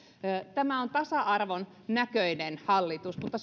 tämä on tasa arvon näköinen hallitus mutta